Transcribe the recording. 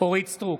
אורית מלכה סטרוק,